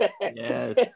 Yes